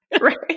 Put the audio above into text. Right